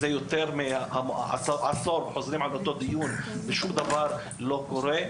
שכבר מעל עשור חוזרים על עצמם באותו דיון ושום דבר לא קורה,